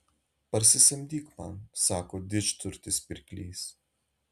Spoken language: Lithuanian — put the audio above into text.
parsisamdyk man sako didžturtis pirklys